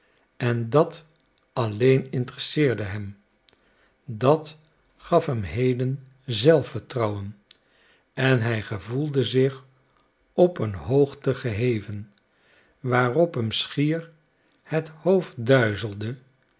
en dat alleen interesseerde hem dat gaf hem heden zelfvertrouwen en hij gevoelde zich op een hoogte geheven waarop hem schier het hoofd duizelde